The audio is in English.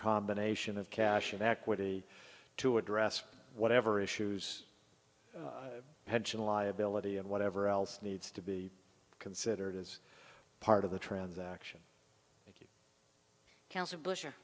combination of cash and equity to address whatever issues pension liability and whatever else needs to be considered as part of the transaction coun